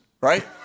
right